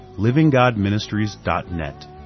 livinggodministries.net